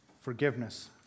forgiveness